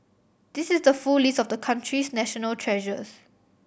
this is the full list of the country's national treasures